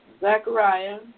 Zechariah